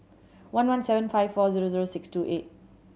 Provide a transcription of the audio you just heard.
one one seven five four zero zero six two eight